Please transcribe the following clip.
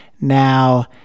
Now